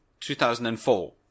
2004